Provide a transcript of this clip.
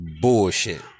bullshit